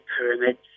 pyramids